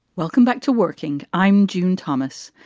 welcome back to working. i'm june thomas.